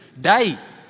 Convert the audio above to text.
die